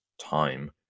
time